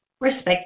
respect